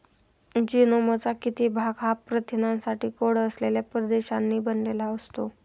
जीनोमचा किती भाग हा प्रथिनांसाठी कोड असलेल्या प्रदेशांनी बनलेला असतो?